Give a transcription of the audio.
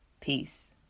Peace